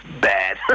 bad